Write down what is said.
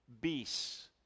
beasts